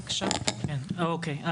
אוקיי,